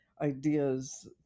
ideas